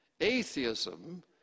Atheism